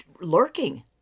lurking